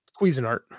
Cuisinart